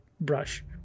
brush